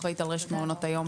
אחראית על רשת מעונות היום,